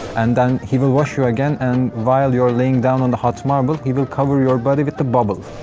and then he will wash you again, and while you're laying down on the hot marble, he will cover your body with the bubble.